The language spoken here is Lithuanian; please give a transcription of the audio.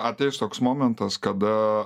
ateis toks momentas kada